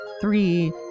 three